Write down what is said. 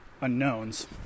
Unknowns